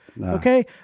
Okay